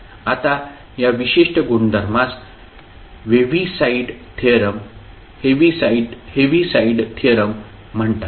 आता या विशिष्ट गुणधर्मास 'हेव्हीसाइड थेरम' म्हणतात